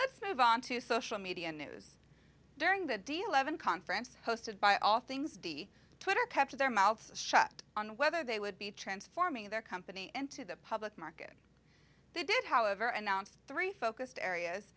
let's move on to social media news during the deal evan conference hosted by all things d twitter kept their mouth shut on whether they would be transforming their company and to the public market they did however announce three focused areas